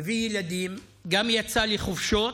הביא ילדים, גם יצא לחופשות,